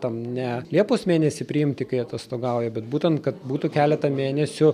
tam ne liepos mėnesį priimti kai atostogauja bet būtent kad būtų keletą mėnesių